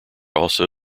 also